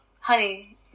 Honey